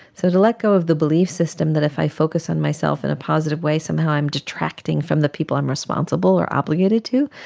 so to let go of the belief system that if i focus on myself in a positive way, somehow i am detracting from the people i am responsible or obligated to,